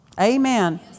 Amen